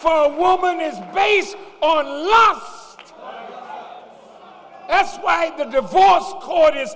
for a woman is based on ask why the divorce court is